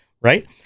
right